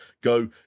go